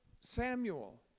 samuel